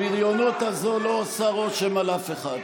הבריונות הזאת לא עושה רושם על אף אחד.